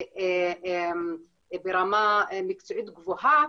וברמה מקצועית גבוהה